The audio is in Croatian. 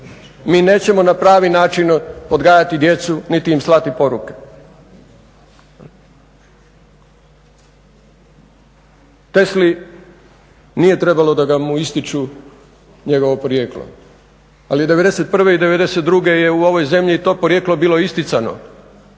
mi nećemo na pravi način odgajati djecu, niti im slati poruke. Tesli nije trebalo da ga ističu njegovo porijeklo, ali je '91. i '92. je u ovoj zemlji to porijeklo bilo isticano